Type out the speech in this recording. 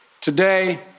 Today